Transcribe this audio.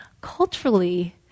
Culturally